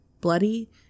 bloody